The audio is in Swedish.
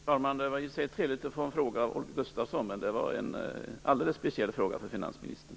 Fru talman! Det var i och för sig trevligt att få en fråga från Holger Gustafsson, men detta var en alldeles speciell fråga för finansministern.